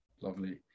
lovely